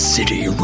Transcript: City